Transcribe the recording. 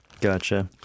Gotcha